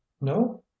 No